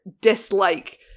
dislike